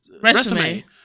resume